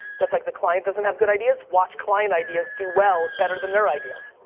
that's like the client doesn't have good ideas watch client ideas do well, better than their ideas.